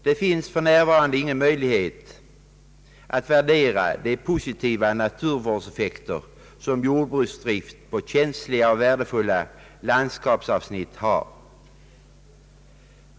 Det finns för närvarande ingen möjlighet att värdera den positiva naturvårdseffekt som jordbruksdrift på känsliga och värdefulla landskapsavsnitt har.